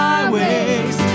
Highways